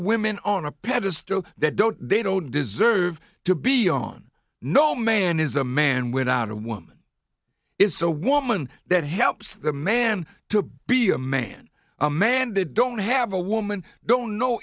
women on a pedestal that don't they don't deserve to be on no man is a man without a woman it's a woman that helps the man to be a man amanda don't have a woman don't know